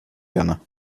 gerne